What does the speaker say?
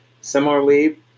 similarly